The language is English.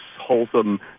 wholesome